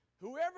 Whoever